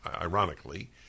ironically